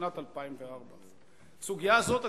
בשנת 2004. הסוגיה הזאת,